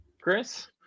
Chris